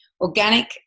organic